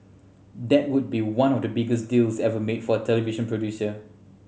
that would be one of the biggest deals ever made for a television producer